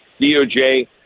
doj